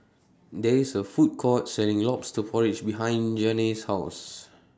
There IS A Food Court Selling Lobster Porridge behind Janae's House